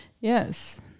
Yes